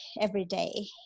everyday